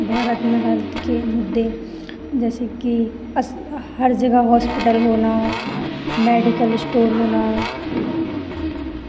भारत महत्व के दिन जैसे कि अस हर जगह हॉस्पिटल होना मैडिकल इश्टोर होना